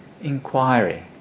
inquiry